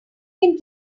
can